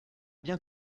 bien